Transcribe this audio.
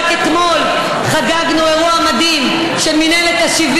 רק אתמול חגגנו אירוע מדהים של מינהלת ה-70.